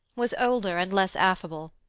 was older and less affable.